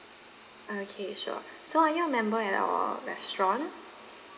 okay sure so are you a member at our restaurant